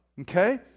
Okay